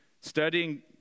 Studying